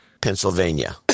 Pennsylvania